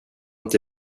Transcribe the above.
inte